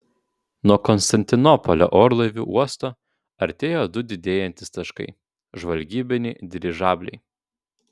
nuo konstantinopolio orlaivių uosto artėjo du didėjantys taškai žvalgybiniai dirižabliai